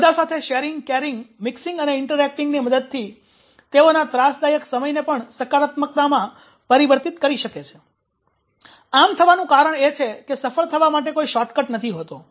તેઓ બધા સાથે શેરિંગ કેરિંગ મિક્સિંગ અને ઇન્ટરેક્ટિંગની મદદથી તેઓના ત્રાસદાયક સમયને પણ સકારાત્મકતા માં પરિવર્તિત કરી શકે છે આમ થવાનું કારણ એ છે કે સફળ થવા માટે કોઈ શોર્ટ કટ નથી હોતો